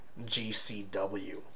GCW